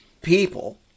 people